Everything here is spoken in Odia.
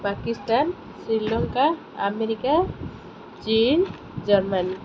ପାକିସ୍ତାନ ଶ୍ରୀଲଙ୍କା ଆମେରିକା ଚୀନ ଜର୍ମାନୀ